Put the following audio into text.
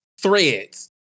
threads